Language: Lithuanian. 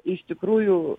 iš tikrųjų